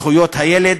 זכויות הילד.